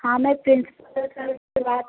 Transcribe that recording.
हाँ मैं principal sir से बात